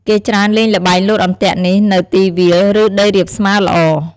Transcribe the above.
គេច្រើនលេងល្បែងលោតអន្ទាក់នេះនៅទីវាល ឬដីរាបស្មើល្អ។